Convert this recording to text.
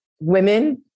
women